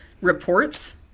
reports